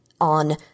on